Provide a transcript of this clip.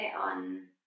on